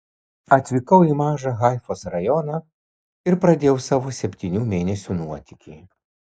atvykau į mažą haifos rajoną ir pradėjau savo septynių mėnesių nuotykį